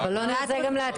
גם זה נשאר.